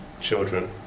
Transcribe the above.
Children